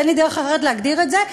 אין לי דרך אחרת להגדיר את זה.